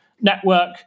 network